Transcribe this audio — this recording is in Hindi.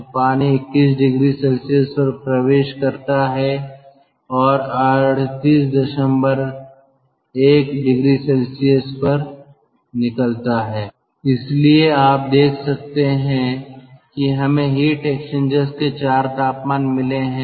तो पानी 21 oC पर प्रवेश करता है और 381 oC पर निकलता है इसलिए आप देखते हैं कि हमें हीट एक्सचेंजर्स के चार तापमान मिले हैं